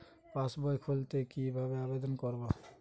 পাসবই খুলতে কি ভাবে আবেদন করব?